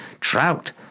trout